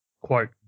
quote